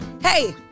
Hey